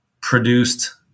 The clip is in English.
produced